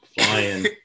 flying